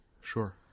sure